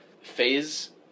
Phase